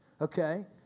okay